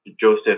Joseph